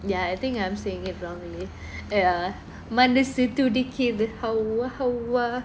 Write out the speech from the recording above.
ya I think I'm saying it wrongly ah ya மனசு துடிக்கிது ஹௌவா ஹௌவா :manasu thudikithu howwa howwa